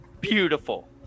beautiful